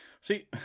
See